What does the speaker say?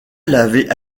l’avait